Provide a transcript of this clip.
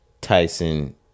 Tyson